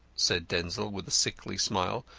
said denzil, with a sickly smile,